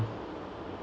mm